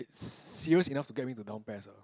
serious enough to get me to down pes uh